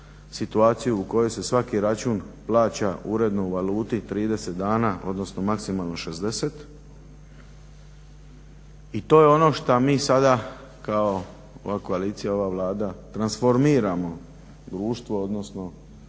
situaciju u kojoj se svaki račun plaća uredno u valuti 30 dana odnosno maksimalno 60. I to je ono šta mi sada kao ova koalicija, ova Vlada transformiramo društvo, odnosno